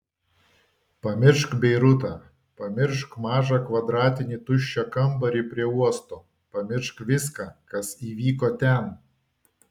pamiršk beirutą pamiršk mažą kvadratinį tuščią kambarį prie uosto pamiršk viską kas įvyko ten